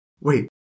Wait